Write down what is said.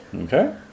Okay